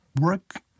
work